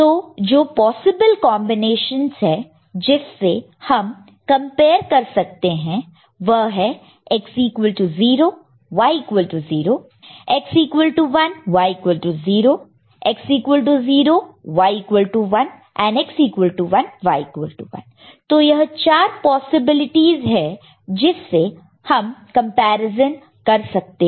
तो जो possible combinations है जिससे हम कंपेयर कर सकते हैं वह है X0 Y 0X1 Y0 X0 Y1 X1 Y1 तो यह 4 पॉसिबिलिटीस है जिससे हम कंपैरिजन कर सकते हैं